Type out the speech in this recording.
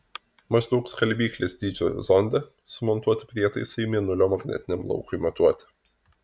maždaug skalbyklės dydžio zonde sumontuoti prietaisai mėnulio magnetiniam laukui matuoti